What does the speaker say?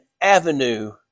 avenue